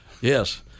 Yes